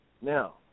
Now